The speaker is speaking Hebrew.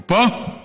הוא כאן, הוא כאן.